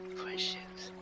friendships